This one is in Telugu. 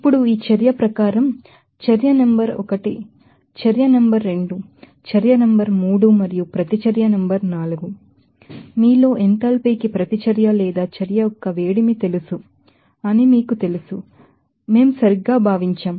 ఇప్పుడు ఈ చర్య ప్రకారం చర్య నెంబరు 1 చర్య నెంబరు 2 చర్య నెంబరు 3 మరియు ప్రతిచర్య నెంబరు 4 మరియు మీలో ఎంథాల్పీకి ప్రతిచర్య లేదా చర్య యొక్క వేడిమి తెలుసు అని మీకు తెలుసు అని మేం సరిగ్గా భావించాం